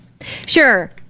Sure